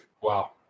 Wow